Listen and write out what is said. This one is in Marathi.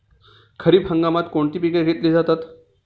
खरीप हंगामात कोणती पिके घेतली जातात?